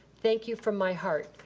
thank you from my heart.